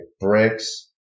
bricks